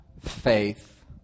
faith